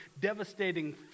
devastating